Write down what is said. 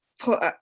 put